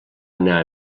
anar